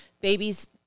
babies